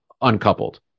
Uncoupled